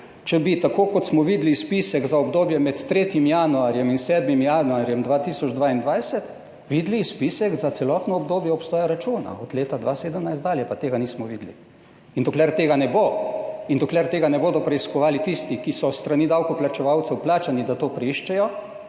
če bi, tako kot smo videli spisek za obdobje med 3. januarjem in 7. januarjem 2022, videli spisek za celotno obdobje obstoja računa, od leta 2017 dalje, pa tega nismo videli in dokler tega ne bo in dokler tega ne bodo preiskovali tisti, ki so s strani davkoplačevalcev plačani, da to preiščejo,